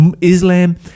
Islam